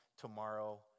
tomorrow